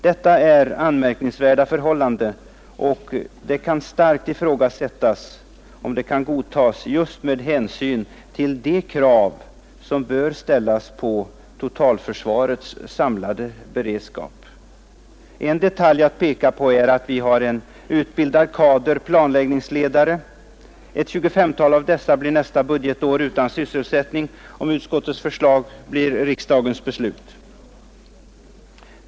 Detta är ett anmärkningsvärt förhållande, och det kan starkt ifrågasättas om det kan godtas just med hänsyn till de krav som bör ställas på totalförsvarets samlade beredskap. En detalj att peka på är att vi har en utbildad kader planläggningsledare. Omkring 25 av dessa blir nästa budgetår utan sysselsättning, om utskottets förslag blir riksdagens beslut.